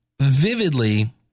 vividly